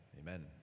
Amen